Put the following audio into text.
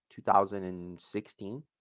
2016